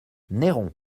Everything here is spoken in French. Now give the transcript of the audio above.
neyron